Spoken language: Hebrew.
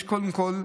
קודם כול,